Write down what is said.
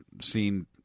seen